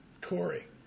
Corey